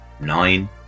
Nine